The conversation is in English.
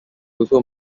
also